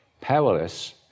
powerless